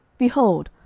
behold,